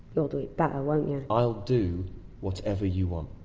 you'll do it better, won't you, i'll do whatever you want.